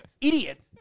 Idiot